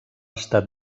estat